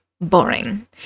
Boring